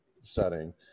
setting